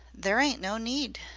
there ain't no need.